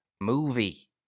movie